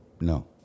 No